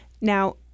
now